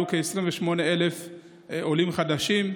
עלו כ-28,000 עולים חדשים: